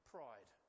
Pride